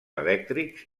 elèctrics